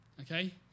Okay